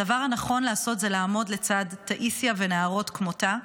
הדבר הנכון לעשות זה לעמוד לצד טאיסיה ונערות כמותה.